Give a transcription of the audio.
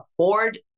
afford